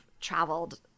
traveled